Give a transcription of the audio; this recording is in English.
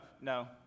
no